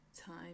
time